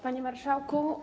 Panie Marszałku!